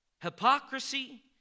hypocrisy